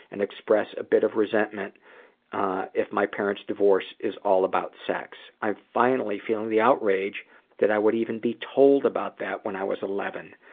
and express a bit of resentment if my parents' divorce is all about sex. i'm finally feeling the outrage that i would even be told about that when i was eleven.